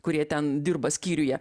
kurie ten dirba skyriuje